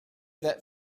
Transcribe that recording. that